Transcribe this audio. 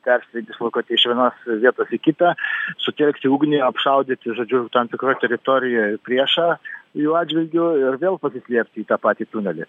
persidislokuoti iš vienos vietos į kitą sutelkti ugnį apšaudyti žodžiu tam tikroj teritorijoj priešą jų atžvilgiu ir vėl pasislėpti į tą patį tunelį